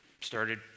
started